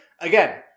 again